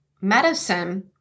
medicine